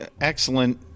excellent